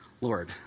Lord